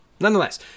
Nonetheless